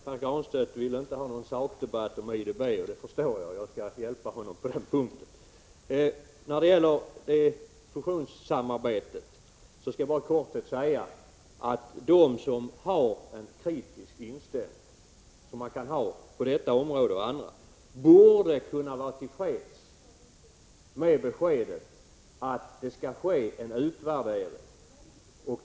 Herr talman! Pär Granstedt vill inte ha någon sakdebatt om IDB, och det förstår jag. Jag skall hjälpa honom på den punkten. När det gäller fusionssamarbete skall jag bara i korthet säga att de som har en kritisk inställning, som man kan ha på detta område och andra områden, borde kunna vara till freds med beskedet att en utvärdering kommer att ske.